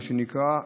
מה שנקרא,